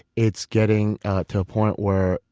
it's getting to a point where,